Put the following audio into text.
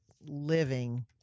living